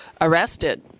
arrested